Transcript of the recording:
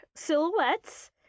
silhouettes